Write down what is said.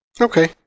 Okay